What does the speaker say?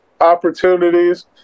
opportunities